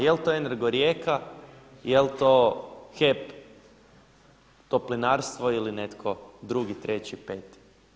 Jel' to Energo Rijeka, jel' to HEP Toplinarstvo ili netko drugi, treći, peti.